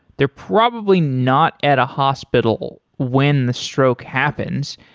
they're probably not at a hospital when the stroke happens.